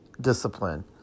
discipline